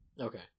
Okay